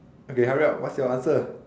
okay hurry up what's your answer